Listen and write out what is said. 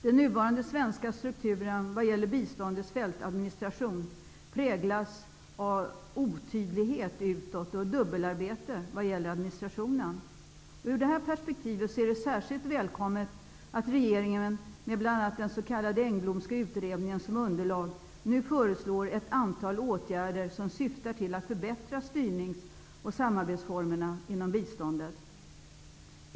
Den nuvarande svenska strukturen vad gäller biståndets fältadministration präglas av otydlighet utåt och dubbelarbete i fråga om administrationen. I det perspektivet är det särskilt välkommet att regeringen med exempelvis den s.k. Engblomska utredningen som underlag nu föreslår ett antal åtgärder som syftar till förbättrade styrnings och samarbetsformer inom biståndet.